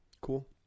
Cool